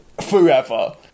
forever